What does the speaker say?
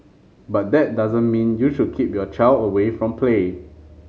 but that doesn't mean you should keep your child away from play